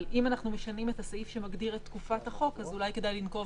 אם אנחנו משנים את הסעיף שמגדיר את תקופת החוק אז אולי כדאי לנקוב